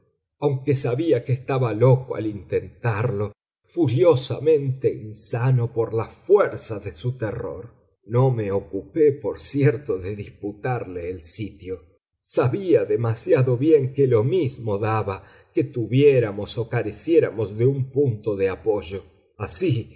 aunque sabía que estaba loco al intentarlo furiosamente insano por la fuerza de su terror no me ocupé por cierto de disputarle el sitio sabía demasiado bien que lo mismo daba que tuviéramos o careciéramos de un punto de apoyo así